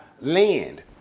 land